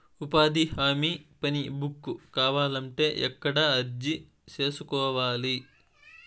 ఉపాధి హామీ పని బుక్ కావాలంటే ఎక్కడ అర్జీ సేసుకోవాలి?